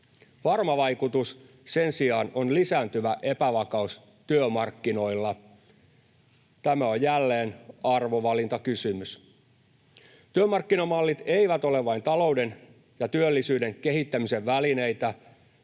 Varma vaikutus sen sijaan on lisääntyvä epävakaus työmarkkinoilla. Tämä on jälleen arvovalintakysymys. Työmarkkinamallit eivät ole vain talouden ja työllisyyden kehittämisen välineitä,